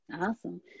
Awesome